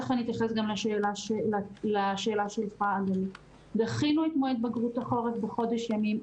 ותכף אתייחס גם לשאלה שלך דחינו את מועד בגרות החורף בחודש ימים,